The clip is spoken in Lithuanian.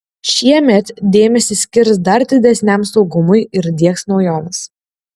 šiemet dėmesį skirs dar didesniam saugumui ir diegs naujoves